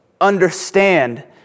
understand